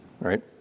right